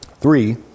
Three